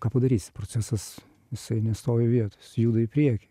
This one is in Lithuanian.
ką padarysi procesas jisai nestovi vietoj jis juda į priekį